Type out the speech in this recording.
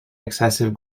excessive